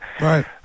Right